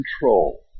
control